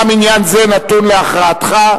גם עניין זה נתון להכרעתך.